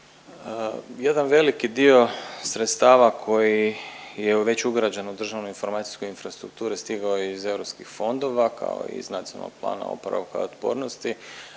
Jedan veliki dio sredstava koji je već ugrađen u državnu informacijsku infrastrukturu stigao je iz europskih fondova, kao i iz NPOO-a, a očekuje se